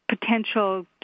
potential